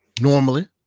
normally